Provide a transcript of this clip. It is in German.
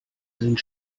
sind